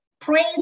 praise